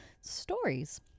stories